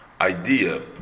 idea